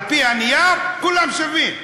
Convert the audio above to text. על-פי הנייר כולם שווים,